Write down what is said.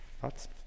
thoughts